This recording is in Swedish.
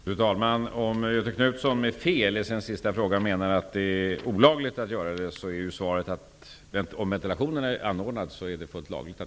Fru talman! Om Göthe Knutson med fel i sin sista mening menar att det är olagligt att göra så, är svaret att om ventilationen är ordnad är det fullt lagligt.